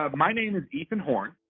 ah my name is ethan horn.